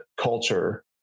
culture